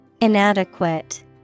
inadequate